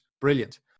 brilliant